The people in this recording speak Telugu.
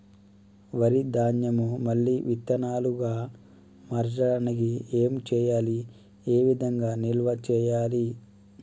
వరి ధాన్యము మళ్ళీ విత్తనాలు గా మార్చడానికి ఏం చేయాలి ఏ విధంగా నిల్వ చేయాలి?